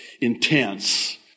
intense